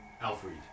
Alfred